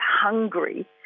hungry